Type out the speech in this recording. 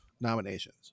Nominations